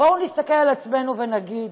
בואו נסתכל על עצמנו ונגיד: